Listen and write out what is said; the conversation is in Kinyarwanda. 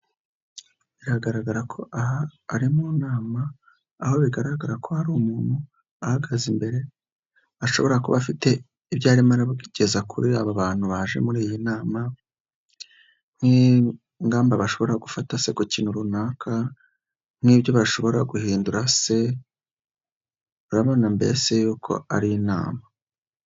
Biragaragara ko aha ari mu nama aho bigaragara ko hari umuntu ahagaze imbere ashobora kuba afite ibyo arimo arageza kuri aba bantu baje muri iyi nama, nk'ingamba bashobora gufata se ku kintu runaka, nk'ibyo bashobora guhindura se, urabona na mbese yuko ari inama.